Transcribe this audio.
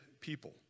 people